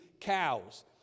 cows